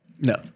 No